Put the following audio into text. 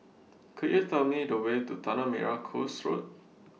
Could YOU Tell Me The Way to Tanah Merah Coast Road